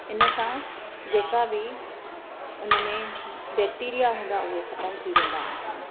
इन सां जेका बि उन में बैक्टीरिया हूंदा उहे ख़तमु थी वेंदा आहिनि